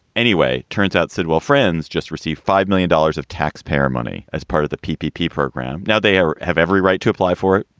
anyway, turns out sidwell friends just received five million dollars of taxpayer money as part of the peepee program. now they have have every right to apply for it.